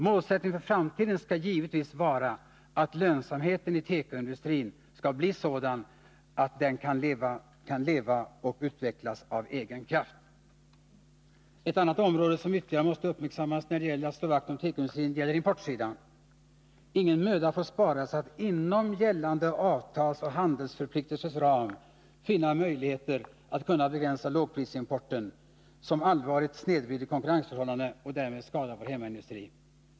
Målsättningen för framtiden skall givetvis vara att lönsamheten i tekoindustrin skall bli sådan att industrin kan leva och utvecklas av egen kraft. Ett annat område som ytterligare måste uppmärksammas när det gäller att slå vakt om tekoindustrin gäller importsidan. Ingen möda får sparas att inom gällande avtalsoch handelsförpliktelsers ram finna möjligheter att begränsa lågprisimporten, som allvarligt snedvrider konkurrensförhållandena och därmed skadar vår hemmaindustri.